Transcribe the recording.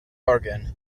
organ